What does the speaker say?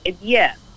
yes